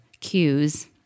cues